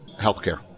healthcare